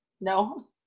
No